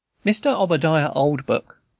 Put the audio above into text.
mr. obabiah oldbuck,